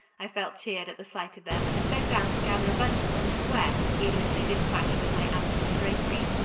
i felt cheered at the sight of them, and bent down to gather a bunch of them to wear, even if they did clash with my amethyst draperies,